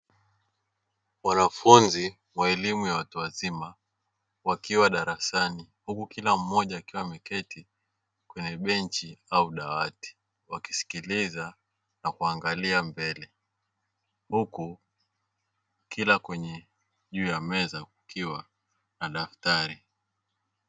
Wanafunzi wa elimu ya watu wazima wakiwa darasani huku kila mmoja akiwa ameketi kwenye benchi au dawati, wakisikiliza na kuangalia mbele huku kila kwenye juu ya meza kukiwa na daftari.